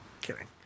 kidding